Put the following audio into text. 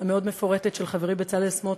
המפורטת מאוד של חברי בצלאל סמוטריץ,